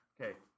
okay